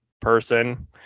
person